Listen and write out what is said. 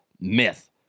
myth